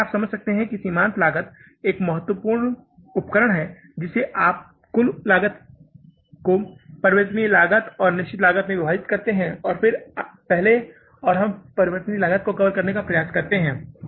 और अंत में आप समझ सकते हैं कि सीमांत लागत एक बहुत ही महत्वपूर्ण उपकरण है जिसे आप कुल लागत को परिवर्तनीय लागत और निश्चित लागत में विभाजित करते हैं और फिर पहले और हम परिवर्तनीय लागत को कवर करने का प्रयास करते हैं